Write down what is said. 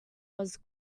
was